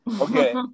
Okay